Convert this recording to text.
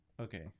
Okay